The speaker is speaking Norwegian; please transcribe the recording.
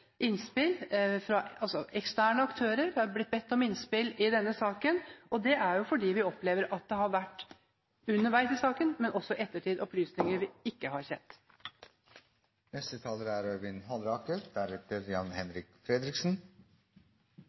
har bedt om innspill fra eksterne aktører i denne saken. Det er fordi vi opplever at det, underveis i saken, men også i ettertid, har vært opplysninger vi ikke har kjent til. Representanten Øyvind Halleraker